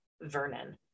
vernon